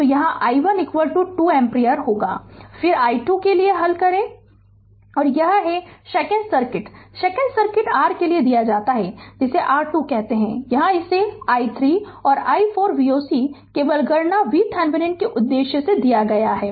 तो यहाँ i1 2 ampere डालें और फिर i2 के लिए हल करें और यह है और शेकन सर्किट शेकन सर्किट r के लिए दिया जाता है जिसे r2 कहते हैं यहाँ इसे i3 और i4 Voc केवल गणना VThevenin के उद्देश्य से दिया गया है